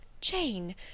-"Jane